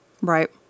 Right